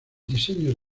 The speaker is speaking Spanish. diseños